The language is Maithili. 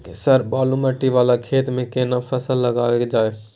सर बालू माटी वाला खेत में केना फसल लगायल जाय?